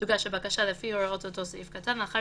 תוגש הבקשה לפי הוראות אותו סעיף קטן לאחר